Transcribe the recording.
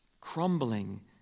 crumbling